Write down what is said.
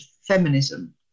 feminism